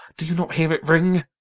do you not hear it ring?